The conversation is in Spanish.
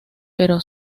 pero